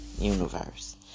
universe